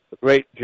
great